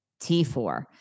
T4